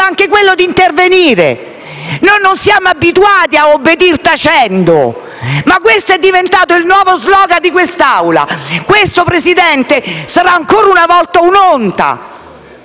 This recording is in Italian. anche quello di intervenire! Noi non siamo abituati a obbedir tacendo, ma questo è diventato il nuovo *slogan* di quest'Assemblea. Questa, signor Presidente, sarà ancora una volta un'onta,